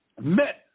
met